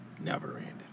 never-ending